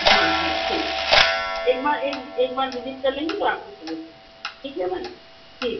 हाँ हाँ ठीक एक बार एक बार विजिट कर लेंगी तो आपको समझ में आ जाएगा ठीक है मैम ठीक